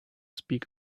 speak